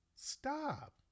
Stop